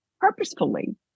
purposefully